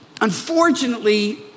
Unfortunately